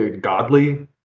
godly